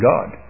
God